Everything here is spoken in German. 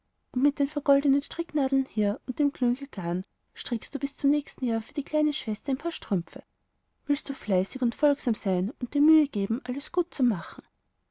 und mit den vergoldeten stricknadeln hier und dem klüngel garn strickst du bis zum nächsten jahr für die kleine schwester ein paar strümpfe willst du fleißig und folgsam sein und dir mühe geben alles gut zu machen